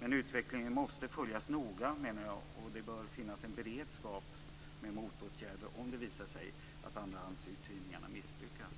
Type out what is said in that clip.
Men utvecklingen måste följas noga, menar jag. Det bör finnas en beredskap med motåtgärder om det visar sig att andrahandsuthyrningarna missbrukas.